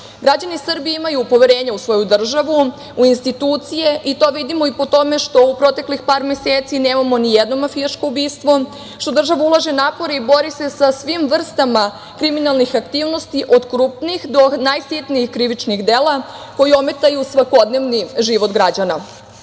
grupama. Građani Srbije imaju poverenja u svoju državu, u institucije i to vidimo i po tome što u proteklih par meseci nemamo nijedno mafijaško ubistvo, što država ulaže napore i bori se sa svim vrstama kriminalnih aktivnosti, od krupnih do najsitnijih krivičnih dela koja ometaju svakodnevni život građana. Građani